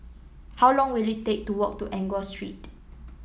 how long will it take to walk to Enggor Street